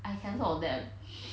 I cancelled on them